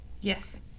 Yes